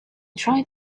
trying